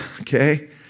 okay